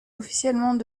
officiellement